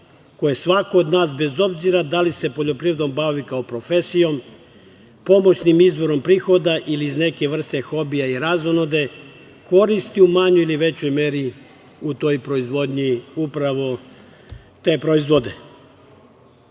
koje svako od nas, bez obzira da li se poljoprivredom bavi kao profesijom, pomoćnim izvorom prihoda ili iz neke vrste hobija i razonode, koristi u manjoj ili većoj meri u toj proizvodnji upravo te proizvode.